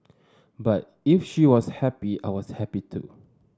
but if she was happy I was happy too